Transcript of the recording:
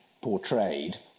portrayed